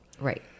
Right